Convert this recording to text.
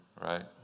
right